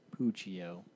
Puccio